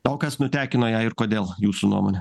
o kas nutekino ją ir kodėl jūsų nuomone